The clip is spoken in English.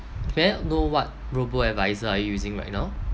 may I know what robo advisor are you using right now